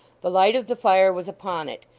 the light of the fire was upon it,